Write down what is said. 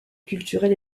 culturel